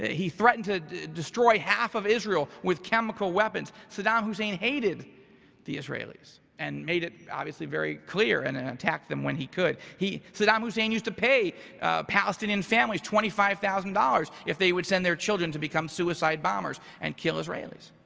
he threatened to destroy half of israel with chemical weapons. saddam hussein hated the israelis, and made it obviously very clear and and attack them when he could. saddam hussein used to pay palestinian families, twenty five thousand dollars, if they would send their children to become suicide bombers and kill israelis.